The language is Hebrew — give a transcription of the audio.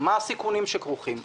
מה הסיכונים שכרוכים,